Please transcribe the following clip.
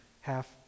half